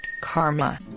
karma